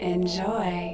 Enjoy